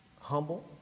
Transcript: humble